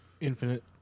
Infinite